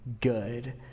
good